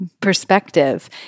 perspective